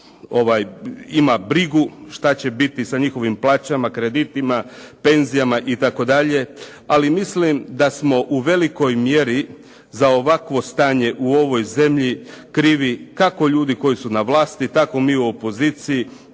ima brigu šta će biti sa njihovim plaćama, kreditima, penzijama itd., ali mislim da smo u velikoj mjeri za ovakvo stanje u ovoj zemlji krivi kako ljudi koji su na vlasti, tako mi u opoziciji,